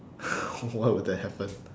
why would that happen